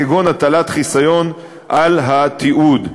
כגון הטלת חיסיון על התיעוד.